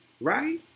right